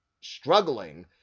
struggling